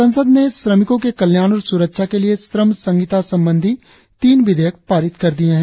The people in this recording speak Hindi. संसद ने श्रमिकों के कल्याण और स्रक्षा के लिए श्रम संहिता संबंधी तीन विधेयक पारित कर दिए हैं